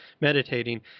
meditating